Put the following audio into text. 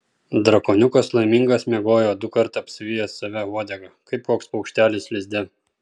drakoniukas laimingas miegojo dukart apsivijęs save uodega kaip koks paukštelis lizde